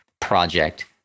project